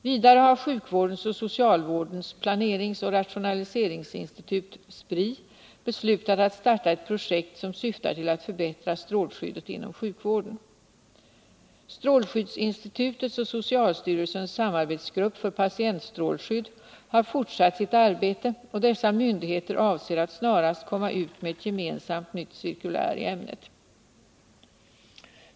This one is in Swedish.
Vidare har sjukvårdens och socialvårdens planeringsoch rationaliseringsinstitut beslutat att starta ett projekt som syftar till att förbättra strålskyddet inom sjukvården. Strålskyddsinstitutets och socialstyrelsens samarbetsgrupp för patientstrålskydd har fortsatt sitt arbete, och dessa myndigheter avser att snarast komma ut med ett gemensamt nytt cirkulär i ämnet.